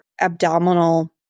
abdominal